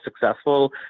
successful